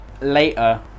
later